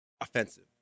offensive